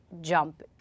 jump